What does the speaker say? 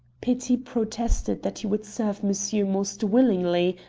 petit protested that he would serve monsieur most willingly,